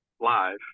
live